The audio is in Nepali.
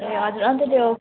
ए हजुर अन्त त्यो